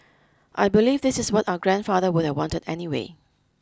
I believe this is what our grandfather would have wanted anyway